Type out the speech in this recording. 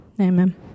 Amen